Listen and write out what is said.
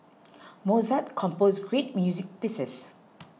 Mozart composed great music pieces